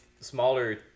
smaller